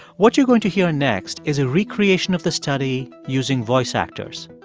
what you're going to hear next is a recreation of the study using voice actors.